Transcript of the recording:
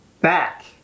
back